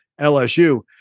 LSU